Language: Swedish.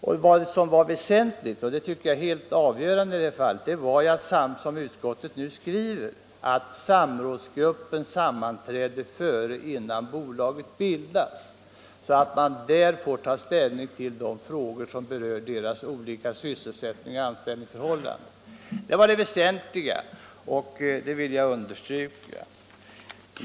Såsom utskottet nu skriver var det väsentligt — detta tycker jag är helt avgörande i det här fallet — att samrådsgruppen sammanträder innan bolaget bildas, så att den då får ta ställning till de frågor som berör sysselsättning och anställningsförhållanden. Detta var det väsentliga, och det vill jag understryka.